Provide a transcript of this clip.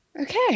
Okay